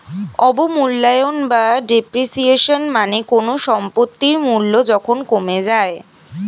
অবমূল্যায়ন বা ডেপ্রিসিয়েশন মানে কোনো সম্পত্তির মূল্য যখন কমে যায়